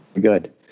Good